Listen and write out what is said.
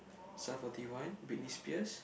Sum Forty One Britney Spears